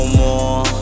more